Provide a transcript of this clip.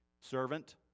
Servant